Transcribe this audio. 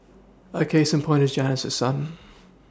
a case in point is Janice's son